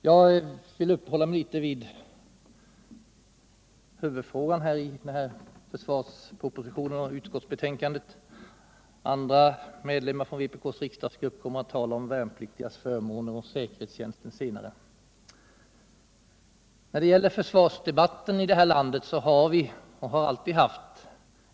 Jag vill uppehålla mig litet vid huvudfrågan i försvarspropositionen och utskottsbetänkandet. Andra medlemmar från vpk:s riksdagsgrupp kommer att tala om värnpliktigas förmåner och säkerhetstjänst senare. Vi har och har alltid haft en urusel försvarsdebatt här i landet.